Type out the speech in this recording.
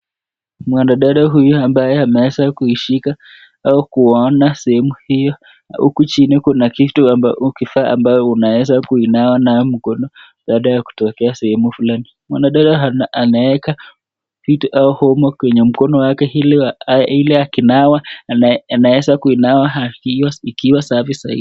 Mwanadada huyu ambaye ameweza kuishika au kuona sehemu hiyo, huku chini kuna ambayo au kifaa unaeza kuinawa nayo mkono baada ya kutokea sehemu fulani. Mwanadada anaweka vitu au omo kwenye mkono wake ili akinawa anaweza kunawa ikiwa safi zaidi.